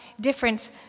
different